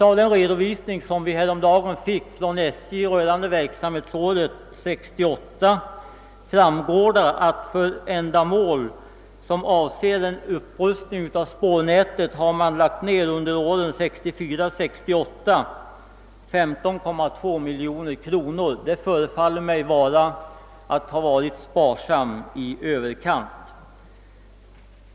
Av den redovisning som vi häromdagen fick från SJ rörande verksamhetsåret 1968 framgår att 15,2 miljoner kronor under åren 1964—1968 har lagts ned på upprustning av spårnätet. Det förefaller mig som om SJ har varit sparsamt i överkant.